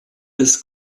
des